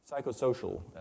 psychosocial